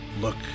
look